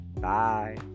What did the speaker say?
Bye